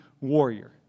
warrior